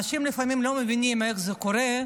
אנשים לפעמים לא מבינים איך זה קורה,